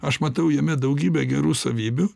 aš matau jame daugybę gerų savybių